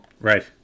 right